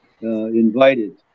invited